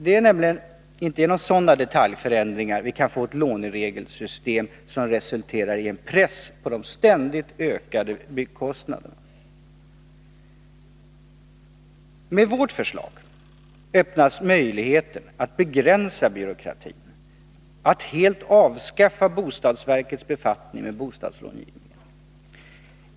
Det är nämligen inte genom sådana detaljförändringar som vi kan få ett låneregelssystem som resulterar i en press på de ständigt ökande byggkostnaderna. Med vårt förslag öppnas möjligheten att begränsa byråkratin, att helt avskaffa bostadsverkets befattning med bostadslångivningen.